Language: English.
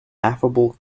affable